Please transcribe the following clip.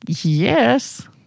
Yes